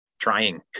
trying